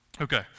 Okay